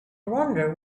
wonder